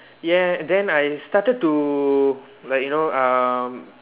yeah then I started to like you know um